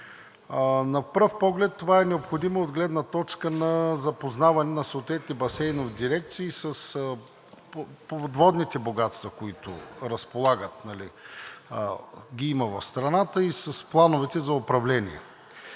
На пръв поглед това е необходимо от гледна точка на запознаване на съответните басейнови дирекции с подводните богатства, които ги има в страната, и с плановете за управление.